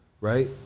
right